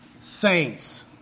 Saints